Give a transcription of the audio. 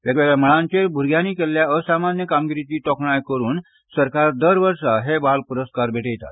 वेगवेगळ्या मळांचेर भ्रग्यांनी केल्ल्या असामान्य कामगिरीची तोखणाय करून सरकार दर वर्सा हे बाल पुरस्कार भेटयतात